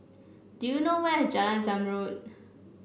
do you know where is Jalan Zamrud